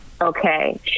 okay